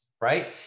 right